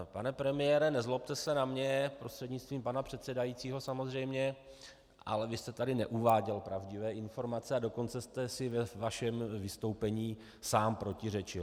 Pane premiére, nezlobte se na mě, prostřednictvím pana předsedajícího samozřejmě, ale vy jste tady neuváděl pravdivé informace, ale dokonce jste si ve vašem vystoupení sám protiřečil.